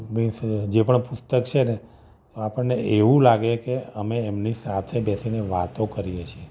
means જે પણ પુસ્તક છે ને આપણને એવું લાગે કે અમે એમની સાથે બેસીને વાતો કરીએ છીએ